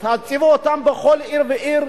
תציבו אותן בכל עיר ועיר,